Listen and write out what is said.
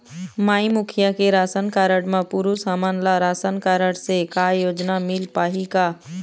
माई मुखिया के ration card म पुरुष हमन ला रासनकारड से का योजना मिल पाही का?